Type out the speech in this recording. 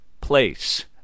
place